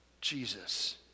Jesus